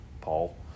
Paul